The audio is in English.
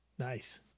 Nice